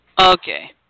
Okay